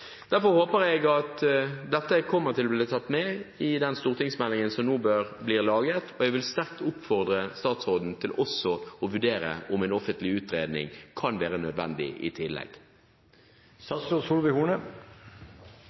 Derfor håper jeg at dette kommer til å bli tatt med i den stortingsmeldingen som nå bør bli laget, og jeg vil sterkt oppfordre statsråden til også å vurdere om en offentlig utredning kan være nødvendig i tillegg.